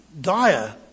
dire